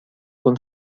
con